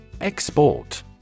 Export